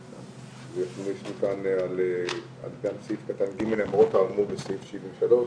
ויש כאן על סעיף קטן ג' למרות האמור בסעיף 73,